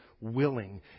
willing